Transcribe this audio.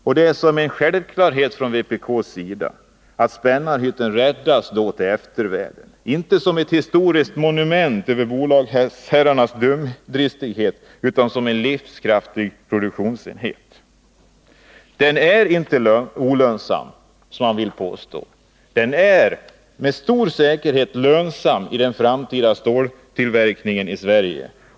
För vpk är det självklart att Spännarhyttan måste räddas åt eftervärlden, inte som ett historiskt monument över bolagsherrarnas dumdristighet utan som en livskraftig produktionsenhet. Den är inte olönsam, som man vill påstå. Den blir med stor säkerhet lönsam i den framtida ståltillverkningen i Sverige.